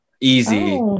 easy